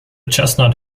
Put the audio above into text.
chestnut